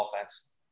offense